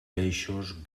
peixos